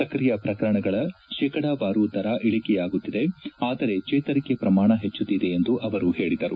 ಸಕ್ರಿಯ ಶ್ರಕರಣಗಳ ಶೇಕಡಾವಾರು ದರ ಇಳಿಕೆಯಾಗುತ್ತಿದೆ ಆದರೆ ಚೇತರಿಕೆ ಪ್ರಮಾಣ ಹೆಚ್ಚುತ್ತಿದೆ ಎಂದು ಅವರು ಹೇಳಿದರು